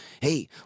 hey